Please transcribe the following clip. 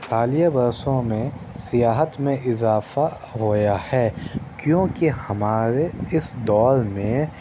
حالیہ برسوں میں سیاحت میں اضافہ ہوا ہے کیوں کہ ہمارے اس دور میں